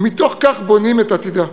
ומתוך כך בונים את עתידה.